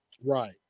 Right